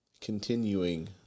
continuing